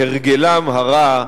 בהרגלם הרע,